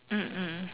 mm mm